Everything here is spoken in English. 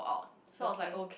okay